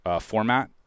format